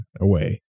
away